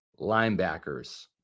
linebackers